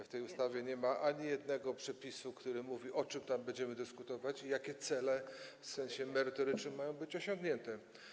W tej ustawie nie ma ani jednego przepisu, który mówi, o czym tam będziemy dyskutować ani jakie cele, w sensie merytorycznym, mają być osiągnięte.